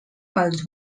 pels